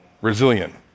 resilient